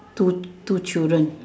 two two children